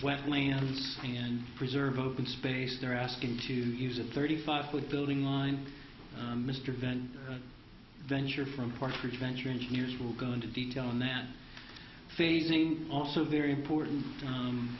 wetlands and preserve open space they're asking to use a thirty five foot building line mr van venture from partridge venture engineers will go into detail on that phasing also very important